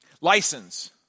License